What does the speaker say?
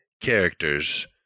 characters